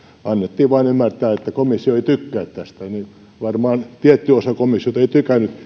annettiin vain ymmärtää että komissio ei tykkää tästä varmaankaan tietty osa komissiota ei tykännyt